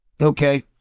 Okay